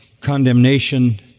condemnation